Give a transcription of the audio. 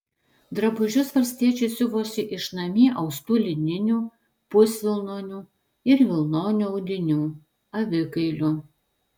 drabužius valstiečiai siuvosi iš namie austų lininių pusvilnonių ir vilnonių audinių avikailių